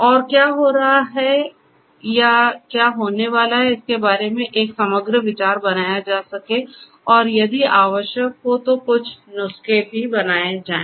और क्या हो रहा है या क्या होने वाला है इसके बारे में एक समग्र विचार बनाया जा सके और यदि आवश्यक हो तो कुछ नुस्खे भी बनाए जाएं